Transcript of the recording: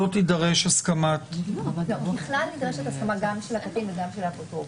לא תידרש הסכמה -- ככלל נדרשת הסכמה גם של הקטין וגם של אפוטרופוס.